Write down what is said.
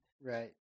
Right